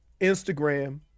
Instagram